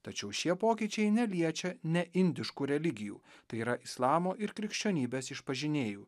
tačiau šie pokyčiai neliečia neindiškų religijų tai yra islamo ir krikščionybės išpažinėjų